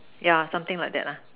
yeah something like that lah